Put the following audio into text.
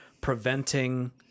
preventing